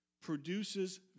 produces